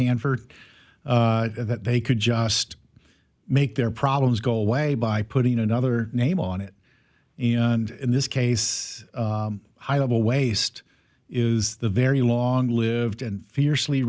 hanford that they could just make their problems go away by putting another name on it and in this case high level waste is a very long lived and fiercely